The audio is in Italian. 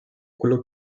quelle